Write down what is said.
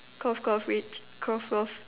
cough cough witch cough cough